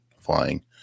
flying